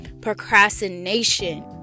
procrastination